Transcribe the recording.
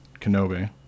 Kenobi